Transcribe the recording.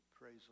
praise